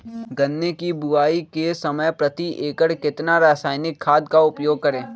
गन्ने की बुवाई के समय प्रति एकड़ कितना रासायनिक खाद का उपयोग करें?